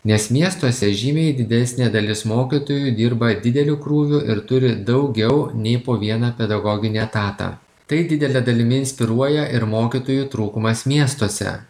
nes miestuose žymiai didesnė dalis mokytojų dirba dideliu krūviu ir turi daugiau nei po vieną pedagoginį etatą tai didele dalimi inspiruoja ir mokytojų trūkumas miestuose